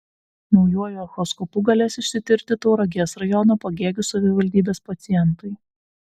naujuoju echoskopu galės išsitirti tauragės rajono pagėgių savivaldybės pacientai